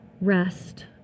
Rest